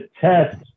test